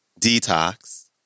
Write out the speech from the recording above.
Detox